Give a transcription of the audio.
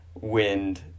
wind